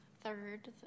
third